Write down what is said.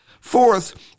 Fourth